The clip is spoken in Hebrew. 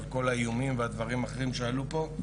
על כל האיומים והדברים האחרים שעלו פה.